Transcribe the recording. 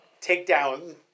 takedown